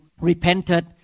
repented